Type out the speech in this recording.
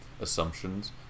assumptions